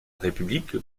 république